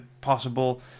possible